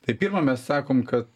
tai pirma mes sakom kad